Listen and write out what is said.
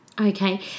okay